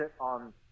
on